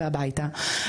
הביתה׳.